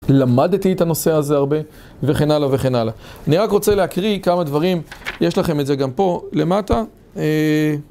למדתי את הנושא הזה הרבה, וכן הלאה וכן הלאה. אני רק רוצה להקריא כמה דברים, יש לכם את זה גם פה למטה.